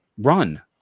run